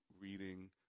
reading